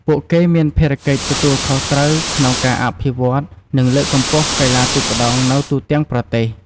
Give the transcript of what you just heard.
ពួកគេមានភារកិច្ចទទួលខុសត្រូវក្នុងការអភិវឌ្ឍន៍ និងលើកកម្ពស់កីឡាទូកក្ដោងនៅទូទាំងប្រទេស។